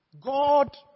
God